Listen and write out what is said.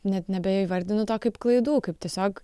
net nebeįvardinu to kaip klaidų kaip tiesiog